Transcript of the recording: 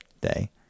day